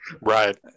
Right